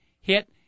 hit